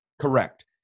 Correct